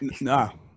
no